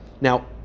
Now